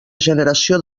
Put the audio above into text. generació